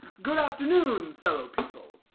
good afternoon fellow people!